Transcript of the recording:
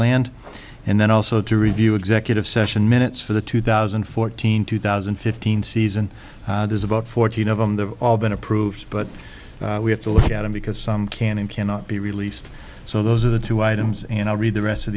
land and then also to review executive session minutes for the two thousand and fourteen two thousand and fifteen season there's about fourteen of them the all been approved but we have to look at them because some can and cannot be released so those are the two items and i'll read the rest of